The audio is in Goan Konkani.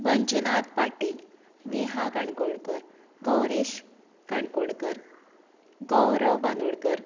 मंजुनाथ पाटील नेहा काणकोणकर गौरेश काणकोणकर गौरव बांदोडकर